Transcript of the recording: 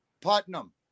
Putnam